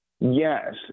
Yes